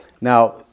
Now